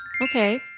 Okay